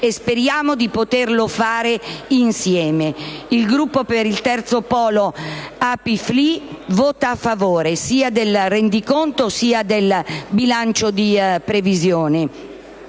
speriamo di poterlo fare insieme. Il Gruppo per il Terzo Polo (ApI-FLI) voterà a favore sia del rendiconto che del bilancio di previsione